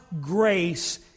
grace